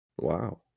Wow